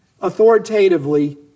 authoritatively